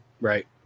Right